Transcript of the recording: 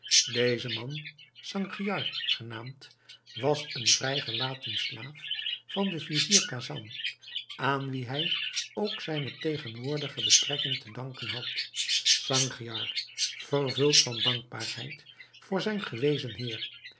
deze man sangiar genaamd was een vrijgelaten slaaf van den vizier khasan aan wien hij ook zijne tegenwoordige betrekking te danken had sangiar vervuld van dankbaarheid voor zijn gewezen heer